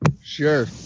Sure